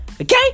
Okay